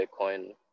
Bitcoin